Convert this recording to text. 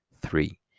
three